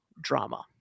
drama